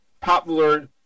popular